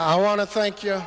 i want to thank you